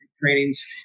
trainings